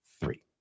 three